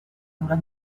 durar